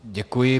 Děkuji.